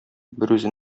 берүзе